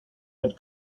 had